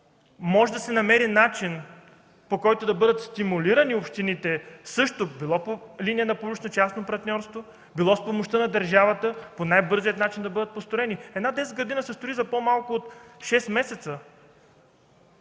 Може да се намери начин, по който да бъдат стимулирани общините също – било по линия на публично-частно партньорство, било с помощта на държавата, по най-бързия начин да бъдат построени. Една детска градина се строи за по-малко от шест месеца.